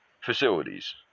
facilities